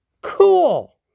Cool